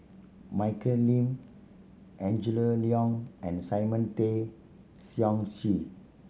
Michelle Lim Angela Liong and Simon Tay Seong Chee